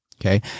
Okay